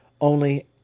only